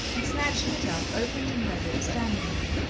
and snatching it up, opened and read it standing there,